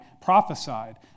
prophesied